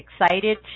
Excited